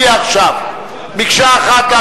אני מצביע עכשיו מקשה אחת,